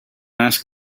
ask